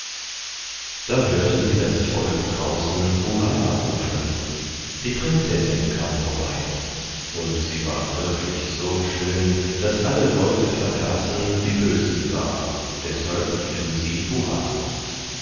da hörten sie das volk draußen hurra rufen die prinzessin kam vorbei und sie war wirklich so schön daß alle leute vergaßen wie böse sie war deshalb riefen sie hurra